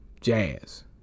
jazz